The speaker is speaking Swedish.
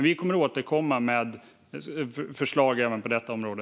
Vi kommer att återkomma med förslag även på detta område.